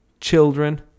children